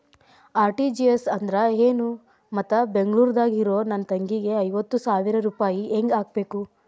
RTGS ಅಂದ್ರ ಏನು ಮತ್ತ ಬೆಂಗಳೂರದಾಗ್ ಇರೋ ನನ್ನ ತಂಗಿಗೆ ಐವತ್ತು ಸಾವಿರ ರೂಪಾಯಿ ಹೆಂಗ್ ಹಾಕಬೇಕು?